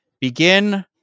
Begin